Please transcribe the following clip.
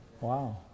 Wow